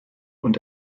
und